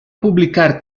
publicar